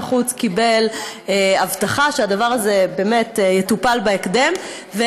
החוץ קיבל הבטחה שהדבר הזה באמת יטופל בהקדם.